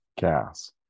gas